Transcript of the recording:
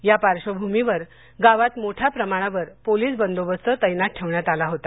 या पार्श्वभूमीवर गावात मोठ्या प्रमाणावर पोलिस बंदोबस्त तैनात ठेवण्यात आला होता